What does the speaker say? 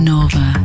Nova